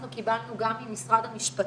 אנחנו קיבלנו גם ממשרד המשפטים